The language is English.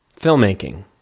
Filmmaking